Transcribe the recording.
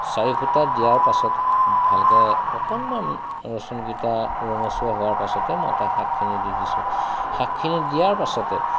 চাৰি ফুটা দিয়াৰ পাছতে ভালকৈ অকণমান ৰচুনকিটা ৰঙচুৱা হোৱাৰ পাছতে মই তাত শাকখিনি দি দিছোঁ শাকখিনি দিয়াৰ পাছতে